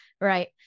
right